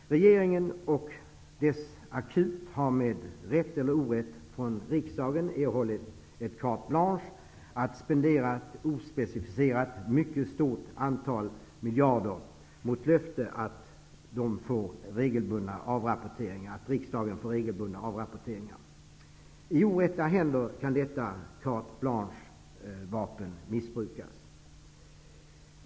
Regeringen och dess akut har med rätt eller orätt från riksdagen erhållit ett carte blanche att spendera ett ospecificerat, men mycket stort, antal miljarder, mot löfte att riksdagen får regelbunden rapportering. I orätta händer kan detta carte blanche-vapen missbrukas.